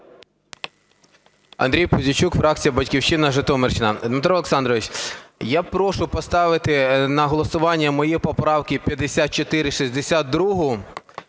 Андрій Пузійчук, фракція "Батьківщина", Житомирщина. Дмитро Олександрович, я прошу поставити на голосування мої поправки: 54-у